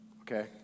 Okay